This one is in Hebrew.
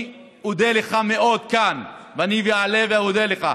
אני אודה לך מאוד כאן, ואני אעלה ואודה לך.